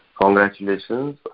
congratulations